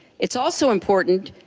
it's also important,